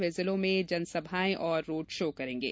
वे जिलों में जनसभाए और रोड शो करेंगे